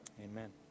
Amen